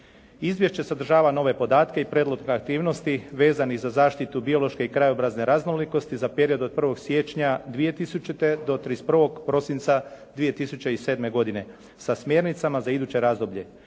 Izvješće sadržava nove podatke i prijedlog aktivnosti vezanih za zaštitu biološke i krajobrazne raznolikosti za period od 1. siječnja 2000. do 31. prosinca 2007. godine sa smjernicama za iduće razdoblje.